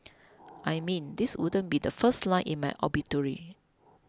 I mean this wouldn't be the first line in my obituary